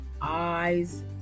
eyes